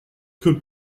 could